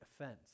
offense